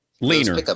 leaner